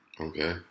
Okay